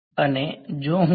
વિદ્યાર્થી અને જો હું